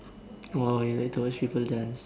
!wah! you like to watch people dance